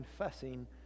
confessing